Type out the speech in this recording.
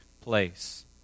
place